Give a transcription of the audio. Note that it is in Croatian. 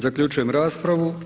Zaključujem raspravu.